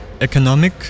economic